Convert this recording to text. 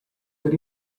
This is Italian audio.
per